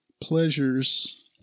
pleasures